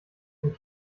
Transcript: und